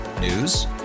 News